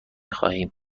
خواهیم